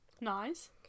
Nice